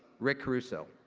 rick caruso.